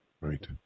Right